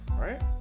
right